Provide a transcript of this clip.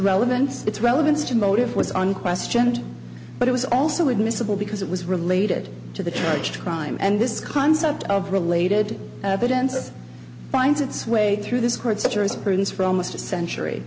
relevant its relevance to motive was unquestioned but it was also admissible because it was related to the church crime and this concept of related evidence it finds its way through this courts jurisprudence for almost a century